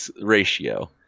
ratio